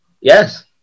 Yes